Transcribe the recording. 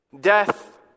death